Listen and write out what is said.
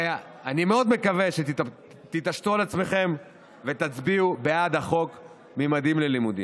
ואני מאוד מקווה שתתעשתו על עצמכם ותצביעו בעד חוק ממדים ללימודים,